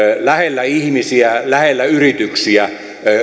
lähellä ihmisiä lähellä yrityksiä